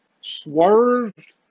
Swerved